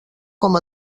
com